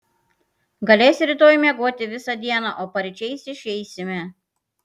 galėsi rytoj miegoti visą dieną o paryčiais išeisime